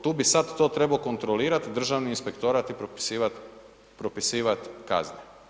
Tu bi sad tu trebao kontrolirati Državni inpektorat i propisivat kazne.